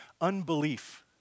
unbelief